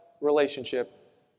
relationship